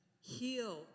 Heal